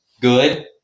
good